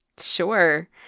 Sure